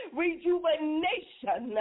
rejuvenation